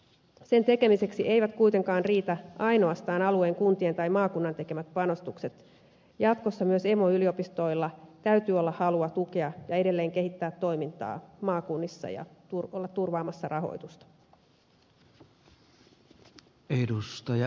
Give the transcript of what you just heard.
sen tekemiseksi eivät kuitenkaan riitä ainoastaan alueen kuntien tai maakunnan tekemät panostukset jatkossa myös emoyliopistoilla täytyy olla halua tukea ja edelleen kehittää toimintaa maakunnissa ja olla turvaamassa rahoitusta